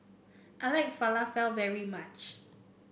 I like Falafel very much